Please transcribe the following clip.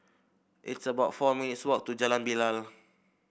it's about four minutes' walk to Jalan Bilal